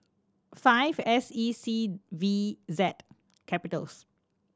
five S E C V Z